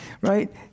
Right